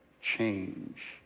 change